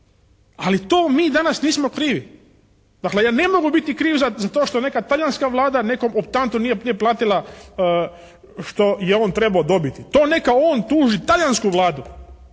Ali to mi danas nismo krivi. Dakle ja ne mogu biti kriv za to što je neka talijanska vlada nekom optantu nije platila što je on trebao dobiti. To neka on tuži talijansku vladu.